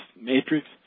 matrix